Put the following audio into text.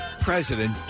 president